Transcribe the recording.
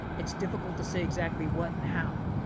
it's difficult to say exactly what and how.